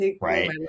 right